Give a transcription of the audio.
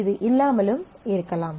இது இல்லாமலும் இருக்கலாம்